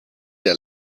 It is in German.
der